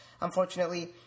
Unfortunately